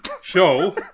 show